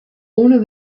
ohne